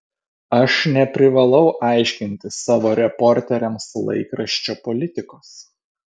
aš neprivalau aiškinti savo reporteriams laikraščio politikos